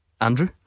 Andrew